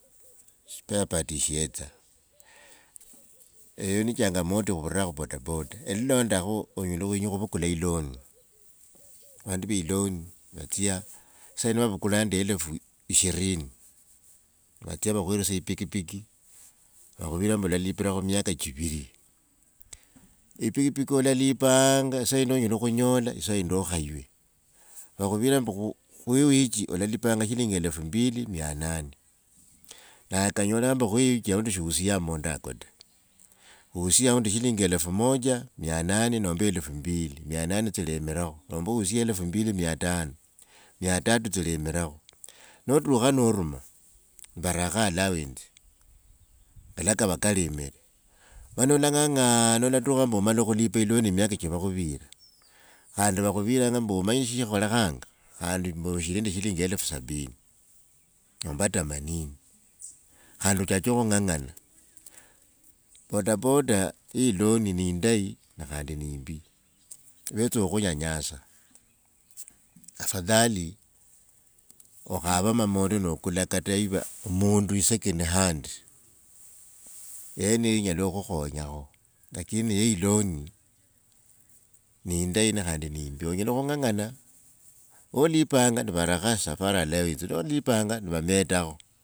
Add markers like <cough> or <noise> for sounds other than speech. Spare part shiyetsa. Eyo ni changamoto ya khuvura khu bodaboda. E lilondakho onyela khwenya khuvukula i loan, <noise> vanndu ve i loan vatsia, saa yindi vavukula nende elefu ishirini, vatsia vakhweresie e pikipiki, vakhuvira mbu olalipra khu miaka chiviri. E pikipiki olalipaaanga saa yindi onyela khunyola saa yindi okhayiwe. Vakhuvira mbu khwi eweek olalipanga shilingi elfu mbili mia nane, nawe kanyola mbu khwi wiki aundi shuwusie mamondo ako ta. Wusie aundi shilingi elfu moja mia nane nomba elefu mbiri mia nane tsilemireo nomba wusie elfu mbili mia tano, mia tatu tsilemireo, notukha noruma varakho allowance kalava kava kalemre. Mani olanga'ngana olatukha mbu omala khulipa e loan miaka cha vakhuvira, khandi vakhuvirana mbu omanye shikholekha, khandi mbu oshiri ne shirinji elfu sabini nomba tamanini. Khandi ochache khu ng'ang'ana. Bodaboda ye i loan ne indayi khandi ni imbi. Vetsa okhu nyanyasa. Afadhali okhave mamondo nokula kata iva mundu esecond hand, <noise> yeneyo inyela khukhu khonyakho. Lakini ye i loan ni indayi khandi ni imbi. Onyela khu ng'ang'ana, lwo olipanga nivarakho safari allowance lwo lipanga nivametakho.